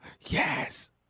Yes